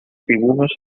dibujos